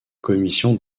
commission